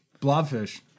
Blobfish